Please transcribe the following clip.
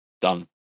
done